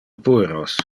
pueros